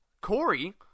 Corey